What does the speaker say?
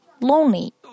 lonely